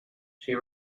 she